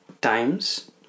times